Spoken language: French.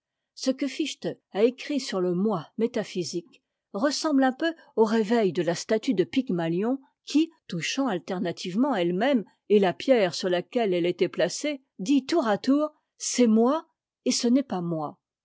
ce que fichte a écrit sur le moi métaphysique ressemble un peu au réveil de la statue de pygmalion qui touchant alternativement e e même et la pierre sur laquelle elle était placée dit tour à tour c'est moi et ce n'est pas moi